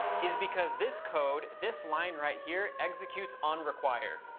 is because this code, this line right here, executes on require.